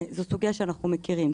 זו סוגייה שאנחנו מכירים,